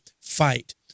fight